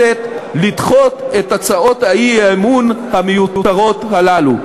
אני מציע לכנסת לדחות את הצעות האי-אמון המיותרות הללו.